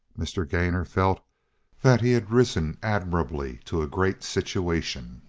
mr. gainor felt that he had risen admirably to a great situation.